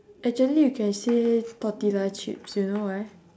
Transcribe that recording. actually you can say tortilla chips you know why